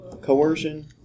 Coercion